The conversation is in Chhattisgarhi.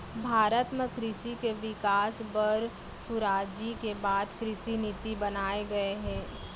भारत म कृसि के बिकास बर सुराजी के बाद कृसि नीति बनाए गये हे